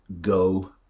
go